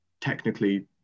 technically